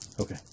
Okay